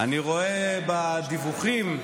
אני רואה בדיווחים,